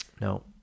No